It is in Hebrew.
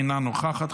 אינה נוכחת,